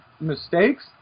mistakes